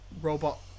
robot